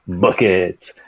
bucket